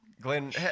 Glenn